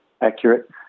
accurate